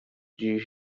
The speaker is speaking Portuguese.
diz